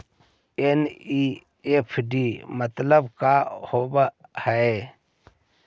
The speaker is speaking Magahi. एन.ई.एफ.टी मतलब का होब हई?